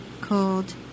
Called